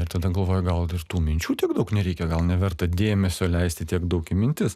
ir tada galvoji gal ir tų minčių tiek daug nereikia gal neverta dėmesio leisti tiek daug į mintis